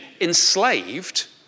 enslaved